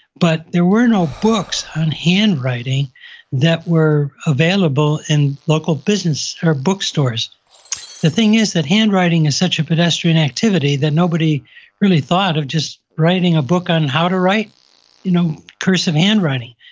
but there were no books on handwriting that were available in local businesses or bookstores the thing is that handwriting is such a pedestrian activity that nobody really thought of just writing a book on how to write you know cursive handwriting.